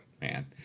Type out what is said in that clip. Man